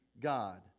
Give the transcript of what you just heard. God